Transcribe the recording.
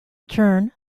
turn